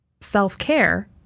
self-care